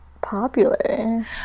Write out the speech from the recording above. popular